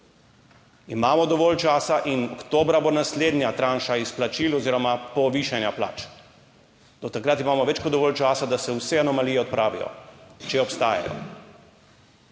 Imamo dovolj časa in oktobra bo naslednja tranša izplačil oziroma povišanja plač, do takrat imamo več kot dovolj časa, da se vse anomalije odpravijo, če obstajajo.